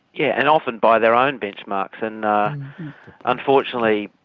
yeah and often by their own benchmarks. and unfortunately,